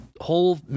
whole